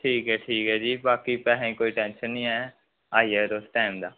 ठीक ऐ ठीक ऐ जी बाकी पैहें दी कोई टैंशन निं ऐ आई जाएओ तुस टैम दा